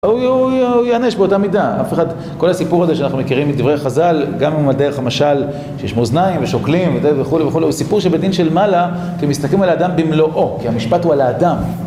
הוא יענש באותה מידה, אף אחד, כל הסיפור הזה שאנחנו מכירים מדברי חזל, גם דרך המשל שיש מאוזניים ושוקלים וכו' וכו' הוא סיפור שבדין של מעלה הם מסתכלים על האדם במלואו, כי המשפט הוא על האדם